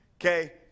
Okay